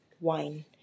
wine